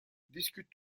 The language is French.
discutent